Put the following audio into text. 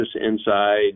inside